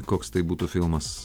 koks tai būtų filmas